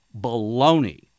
baloney